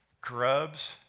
grubs